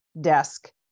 desk